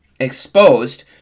exposed